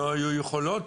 לא היו יכולות